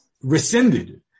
rescinded